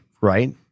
right